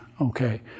Okay